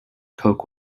coke